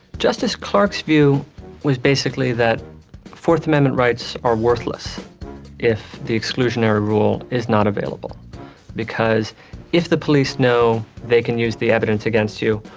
justice clark's view was basically that fourth amendment rights are worthless if the exclusionary rule is not available because if the police know they can use the evidence against you,